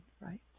right